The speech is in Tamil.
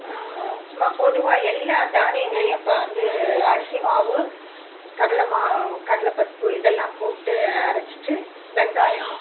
சும்மா பொதுவாக எல்லா தானியங்களையும் இப்போ வந்து அரிசி மாவு கடலைமா கடலைப்பருப்பு இதெல்லாம் போட்டு அரைச்சிட்டு வெங்காயம்